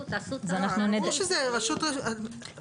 ברור, אצלה הקובע.